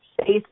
space